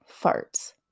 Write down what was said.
farts